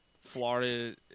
Florida